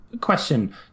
Question